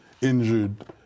injured